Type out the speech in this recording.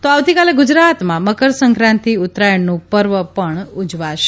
તો આવતીકાલે ગુજરાતમાં મકરસંક્રાંતિ ઉત્તરાયણનો પર્વ ઉજવાશે